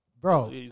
bro